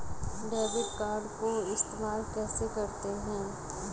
Debit card को इस्तेमाल कैसे करते हैं?